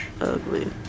Ugly